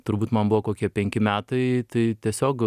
turbūt man buvo kokie penki metai tai tiesiog